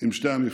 עם שתי המפלגות.